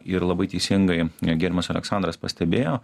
ir labai teisingai gerbiamas aleksandras pastebėjo